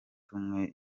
tumwe